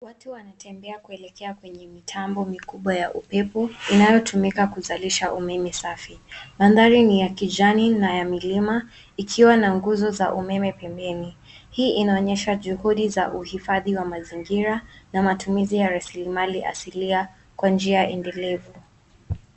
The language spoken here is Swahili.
Watu wanatembea kuelekea kwenye mitambo mikubwa ya upepo inayotumika kuzalisha umeme safi. Mandhari ni ya kijani na ya milima ikiwa na nguzo za umeme pembeni. Hii inaonyesha juhudi za uhifadhi wa mazingira na matumizi ya rasilimali asilia kwa njia endelevu.